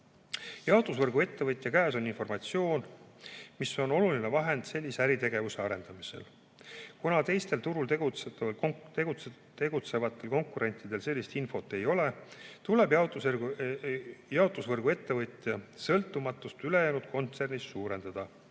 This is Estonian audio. Jaotusvõrgu ettevõtja käes on informatsioon, mis on oluline vahend sellise äritegevuse arendamisel. Kuna teistel turul tegutsevatel konkurentidel sellist infot ei ole, tuleb jaotusvõrgu ettevõtja sõltumatust ülejäänud kontsernist suurendada.